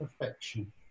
perfection